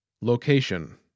Location